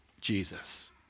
Jesus